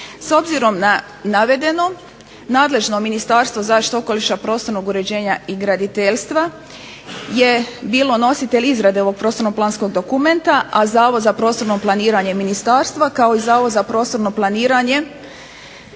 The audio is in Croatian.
S obzirom na navedeno, nadležno Ministarstvo zaštite okoliša, prostornog uređenja i graditeljstva je bilo nositelj izrade ovog prostorno planskog dokumenta, a Zavod za prostorno planiranje ministarstva kao i Zavod za prostorno planiranje